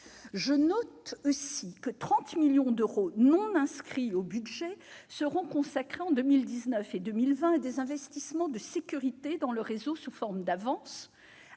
Je note aussi que 30 millions d'euros non inscrits au budget seront consacrés en 2019 et en 2020 à des investissements de sécurité dans le réseau sous forme d'avances,